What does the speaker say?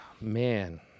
Man